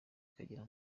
kagira